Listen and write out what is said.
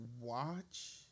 watch